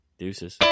Deuces